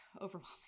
overwhelming